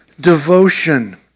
devotion